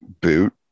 boot